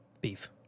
Beef